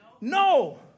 No